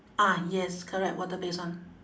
ah yes correct water based one